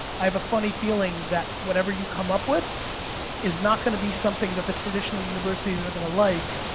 i have a funny feeling that whatever you come up with is not gonna be something that the traditional universities are gonna like,